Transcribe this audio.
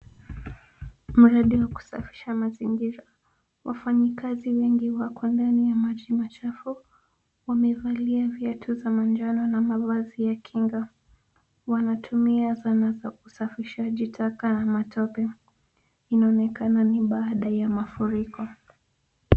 Mradi wa kusafisha mazingira wafanyi kazi wengi wako ndani ya maji machafu wamevalia viatu za majano na mavazi ya kinga wanatumia zana za kusafisha taka za matope inaonekana ni baada ya mafuriko.